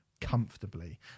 comfortably